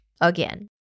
again